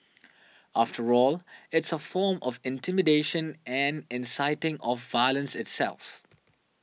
after all it's a form of intimidation and inciting of violence itself